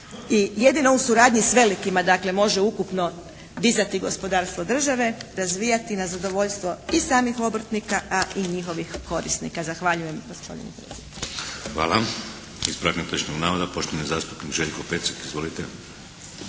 jedino u suradnji sa velikima može ukupno dizati gospodarstvo države razvijati na zadovoljstvo i samih obrtnika a i njihovih korisnika. Zahvaljujem gospodine predsjedniče. **Šeks, Vladimir (HDZ)** Hvala. Ispravak netočnog navoda poštovani zastupnik Željko Pecek. Izvolite!